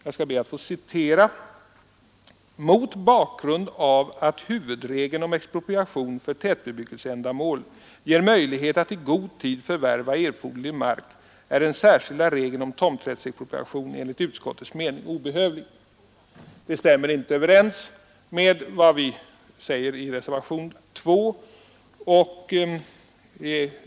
Jag skall be att få citera den: ”Mot bakgrund av att huvudregeln om expropriation för tätbebyg gelseändamål ger möjlighet att i god tid förvärva erforderlig mark är den särskilda regeln om tomträttsexpropriation enligt utskottets mening obehövlig.” Detta stämmer inte överens med vad vi säger i reservationen 2.